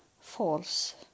false